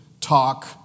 talk